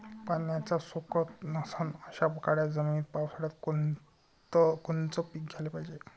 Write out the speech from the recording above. पाण्याचा सोकत नसन अशा काळ्या जमिनीत पावसाळ्यात कोनचं पीक घ्याले पायजे?